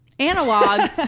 Analog